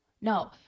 no